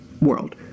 world